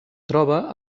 troba